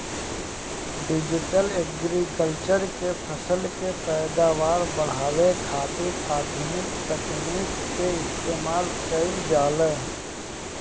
digital agriculture में फसल के पैदावार बढ़ावे खातिर आधुनिक तकनीकी के इस्तेमाल कईल जाला